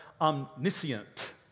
omniscient